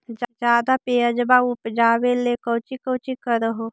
ज्यादा प्यजबा उपजाबे ले कौची कौची कर हो?